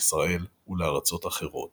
לישראל ולארצות אחרות